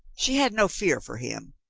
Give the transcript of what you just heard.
she had no fear for him.